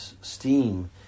steam